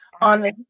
on